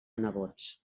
nebots